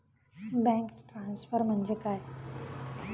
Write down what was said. Bank transfer म्हणजे काय?